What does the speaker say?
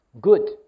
good